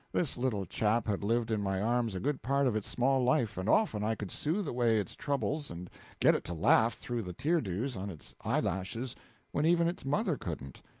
this little chap had lived in my arms a good part of its small life, and often i could soothe away its troubles and get it to laugh through the tear-dews on its eye-lashes when even its mother couldn't.